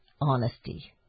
honesty